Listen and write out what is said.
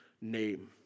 name